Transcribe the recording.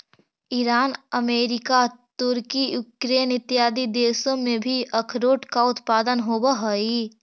Iran America तुर्की Ukraine इत्यादि देशों में भी अखरोट का उत्पादन होवअ हई